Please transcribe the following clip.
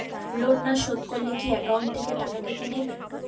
Loan না শোধ করলে কি একাউন্ট থেকে টাকা কেটে নেবে?